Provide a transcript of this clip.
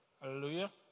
Hallelujah